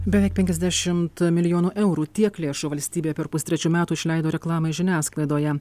beveik penkiasdešim milijonų eurų tiek lėšų valstybė per pustrečių metų išleido reklamai žiniasklaidoje